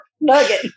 nugget